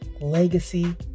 legacy